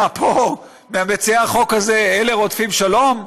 מה, פה, מציעי החוק הזה, אלה רודפים שלום?